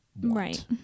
right